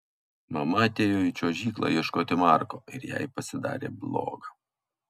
mama atėjo į čiuožyklą ieškoti marko ir jai pasidarė bloga